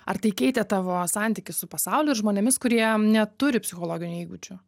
ar tai keitė tavo santykį su pasauliu ir žmonėmis kurie neturi psichologinių įgūdžių